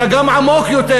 אלא גם עמוק יותר,